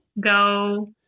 go